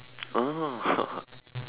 ah